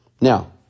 Now